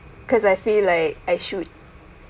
cause I feel like I should